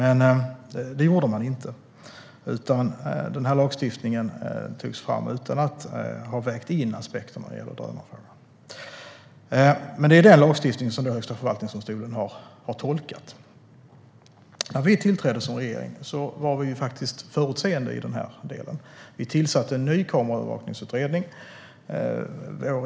Men det gjorde man inte, utan lagstiftningen togs fram utan att man hade vägt in aspekterna vad gäller drönare. Det är denna lagstiftning som Högsta förvaltningsdomstolen har tolkat. När vi tillträdde som regering var vi förutseende i denna del. Vi tillsatte en ny kameraövervakningsutredning.